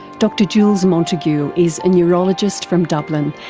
dr jules montague is a neurologist from dublin,